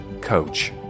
coach